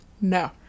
No